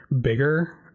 bigger